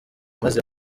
maze